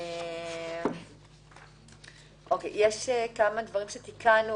בסעיף 23,